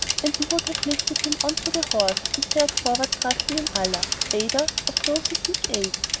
and he would have lifted him on to the horse and fared forward trusting in allah aider of those who seek aid,